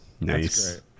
Nice